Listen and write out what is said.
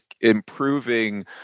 improving